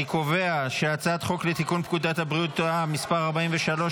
אני קובע שהצעת חוק לתיקון פקודת בריאות העם (מס' 43),